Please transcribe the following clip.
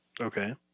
Okay